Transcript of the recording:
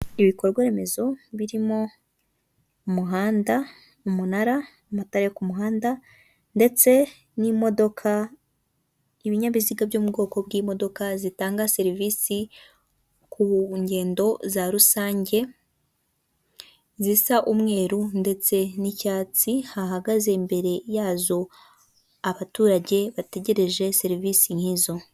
Ibikorwa remezo birimo umuhanda, umunara, amatara yo ku muhanda ndetse n'imodoka, ibinyabiziga byo mu bwoko bw'imodoka zitanga serivisi ku ngendo za rusange zisa umweru ndetse n'icyatsi, hahagaze imbere yazo abaturage bategereje serivisi nk'izo.